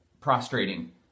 prostrating